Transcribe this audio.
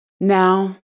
Now